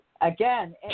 Again